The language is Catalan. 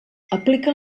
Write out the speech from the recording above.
aplica